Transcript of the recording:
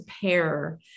pair